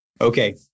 Okay